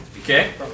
Okay